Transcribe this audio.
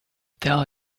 tell